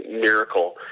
miracle